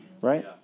Right